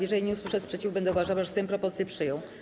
Jeżeli nie usłyszę sprzeciwu, będę uważała, że Sejm propozycję przyjął.